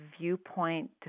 viewpoint